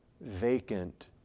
vacant